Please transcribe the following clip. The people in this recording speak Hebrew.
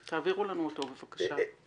תעבירו לנו אותו בבקשה.